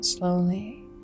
slowly